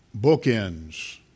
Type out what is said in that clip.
bookends